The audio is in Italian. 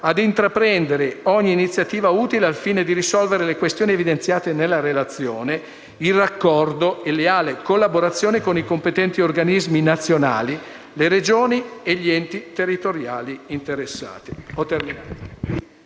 a intraprendere ogni iniziativa utile al fine di risolvere le questioni evidenziate nella relazione, in raccordo e leale collaborazione con i competenti organismi nazionali, le Regioni e gli enti territoriali interessati.